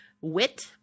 wit